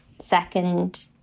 second